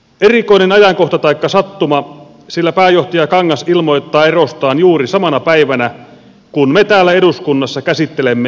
erikoinen ajankohta taikka sattuma sillä pääjohtaja kangas ilmoittaa erostaan juuri samana päivänä kun me täällä eduskunnassa käsittelemme metsäpoliittista selontekoa